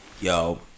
Yo